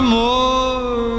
more